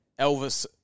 Elvis